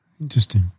Interesting